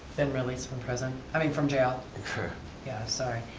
been released from prison, i mean from jail, yeah sorry.